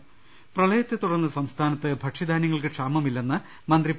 ്് പ്രളയത്തെതുടർന്ന് സംസ്ഥാനത്ത് ഭക്ഷ്യധാന്യങ്ങൾക്ക് ക്ഷാമമി ല്ലെന്ന് മന്ത്രി പി